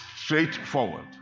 straightforward